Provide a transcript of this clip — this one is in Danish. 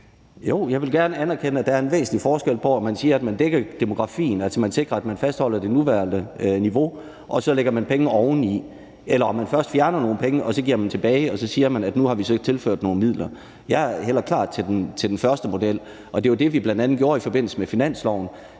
Jo, jeg vil gerne anerkende, at der er en væsentlig forskel på, om man siger, at man dækker demografien, altså at man sikrer, at man fastholder det nuværende niveau, og at man så lægger penge oveni, eller om man først fjerner nogle penge og så giver dem tilbage og siger, at nu har man tilført nogle midler. Jeg hælder klart til den første model, og det var det, vi bl.a. gjorde i forbindelse med finansloven